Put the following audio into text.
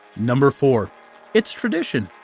number four it's tradition!